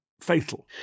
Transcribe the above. fatal